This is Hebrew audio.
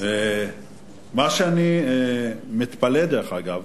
אני מתפלא, דרך אגב,